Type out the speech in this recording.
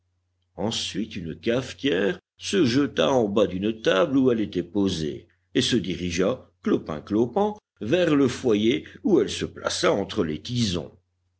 ensuite une cafetière se jeta en bas d'une table où elle était posée et se dirigea clopin-clopant vers le foyer où elle se plaça entre les tisons